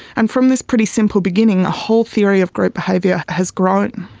and from this pretty simple beginning, a whole theory of group behaviour has grown.